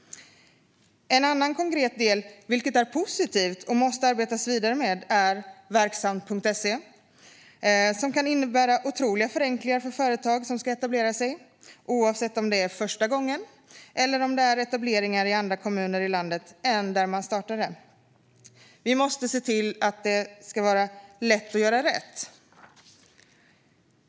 En annan konkret del som är positiv och måste arbetas vidare med är Verksamt.se som kan innebära otroliga förenklingar för företag som ska etablera sig, oavsett om det är första gången eller om det är etableringar i andra kommuner i landet än där man startade. Vi måste se till att det ska vara lätt att göra rätt.